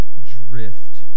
drift